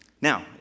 Now